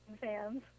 fans